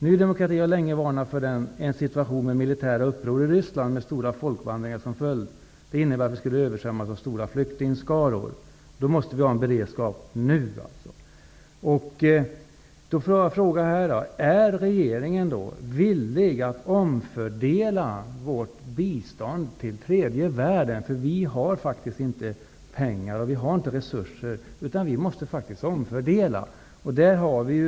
Ny demokrati har länge varnat för en situation med militära uppror i Ryssland, med stora folkvandringar som följd. Det innebär att vi skulle översvämmas av stora flyktingskaror.'' Vi måste ha en beredskap nu. Är regeringen villig att omfördela vårt bistånd till tredje världen? Vi har faktiskt inte pengar och andra resurser utan vi måste omfördela.